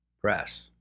press